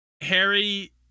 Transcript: Harry